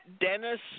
Dennis